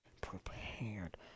prepared